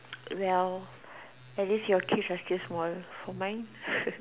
well at least your kids are still small for mine